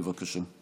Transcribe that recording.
בבקשה.